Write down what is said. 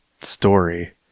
story